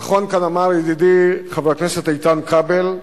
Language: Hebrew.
נכון אמר כאן ידידי חבר הכנסת איתן כבל,